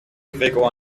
gregor